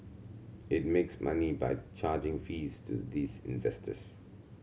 it makes money by charging fees to these investors